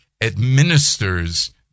administers